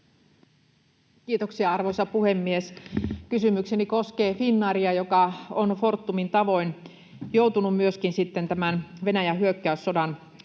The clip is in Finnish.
Kiitoksia, arvoisa puhemies! Kysymykseni koskee Finnairia, joka on Fortumin tavoin joutunut myöskin Venäjän hyökkäyssodan